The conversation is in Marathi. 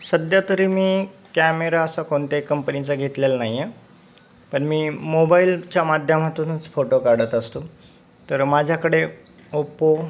सध्या तरी मी कॅमेरा असा कोणत्याही कंपनीचा घेतलेला नाही आहे पण मी मोबाईलच्या माध्यमातूनच फोटो काढत असतो तर माझ्याकडे ओप्पो